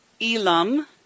Elam